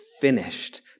finished